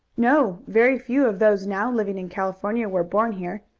no very few of those now living in california were born here.